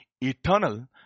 eternal